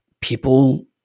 People